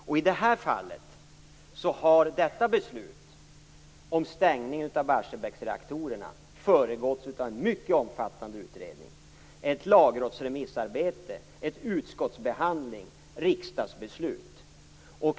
I det här fallet har beslutet, stängningen av Barsebäcksreaktorerna, föregåtts av en mycket omfattande utredning, ett lagrådsremissarbete och en utskottsbehandling.